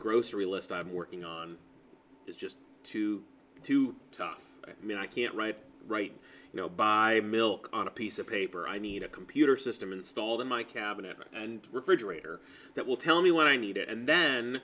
grocery list i'm working on is just too too tough i mean i can't write right you know buy milk on a piece of paper i need a computer system installed in my cabinet and refrigerator that will tell me when i need it and then